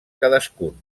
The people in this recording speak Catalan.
cadascun